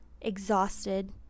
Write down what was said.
exhausted